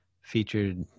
featured